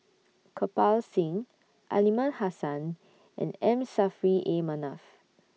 Kirpal Singh Aliman Hassan and M Saffri A Manaf